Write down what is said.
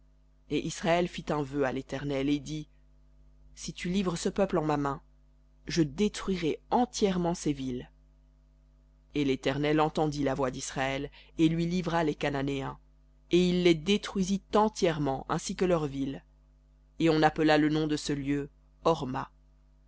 et israël fit un vœu à l'éternel et dit si tu livres ce peuple en ma main je détruirai entièrement ses villes et l'éternel entendit la voix d'israël et livra les cananéens et il les détruisit entièrement ainsi que leurs villes et on appela le nom de ce lieu horma